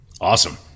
Awesome